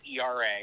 ERA